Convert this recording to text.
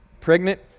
pregnant